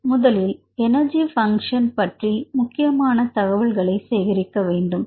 முதலில் energy function பற்றி முக்கியமான தகவல்களை சேகரிக்க வேண்டும்